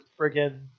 friggin